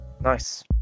nice